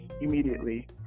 immediately